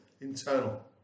internal